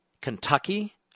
Kentucky